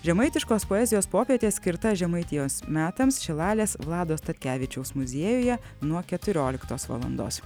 žemaitiškos poezijos popietė skirta žemaitijos metams šilalės vlado statkevičiaus muziejuje nuo keturioliktos valandos